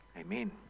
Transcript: amen